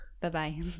bye-bye